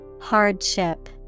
Hardship